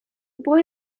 boy